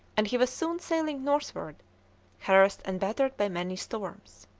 and he was soon sailing northward harassed and battered by many storms.